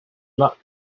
luck